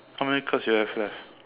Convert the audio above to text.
how many cards you have left